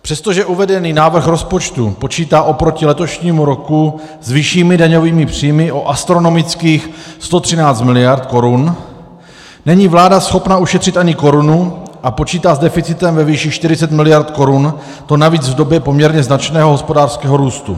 Přestože uvedený návrh rozpočtu počítá oproti letošnímu roku s vyššími daňovými příjmy o astronomických 113 miliard korun, není vláda schopna ušetřit ani korunu a počítá s deficitem ve výši 40 miliard korun, to navíc v době poměrně značného hospodářského růstu.